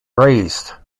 raised